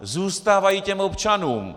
Zůstávají těm občanům!